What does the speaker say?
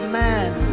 man